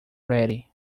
ready